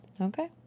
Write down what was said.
Okay